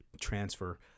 transfer